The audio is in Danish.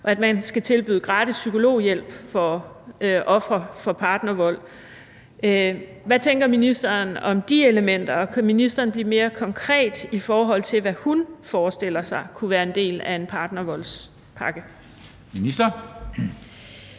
og at vi skal tilbyde gratis psykologhjælp til ofre for partnervold. Hvad tænker ministeren om de elementer, og kan ministeren blive mere konkret, i forhold til hvad hun forestiller sig kunne være en del af en partnervoldspakke? Kl.